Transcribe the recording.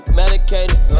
medicated